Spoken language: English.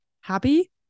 happy